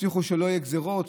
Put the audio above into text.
הבטיחו שלא יהיו גזרות,